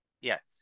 yes